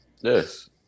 Yes